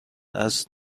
است